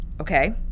Okay